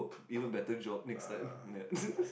even better job next time ya